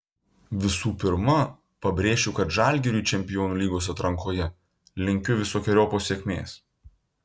visų pirma pabrėšiu kad žalgiriui čempionų lygos atrankoje linkiu visokeriopos sėkmės